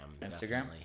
Instagram